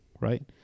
right